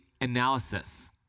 analysis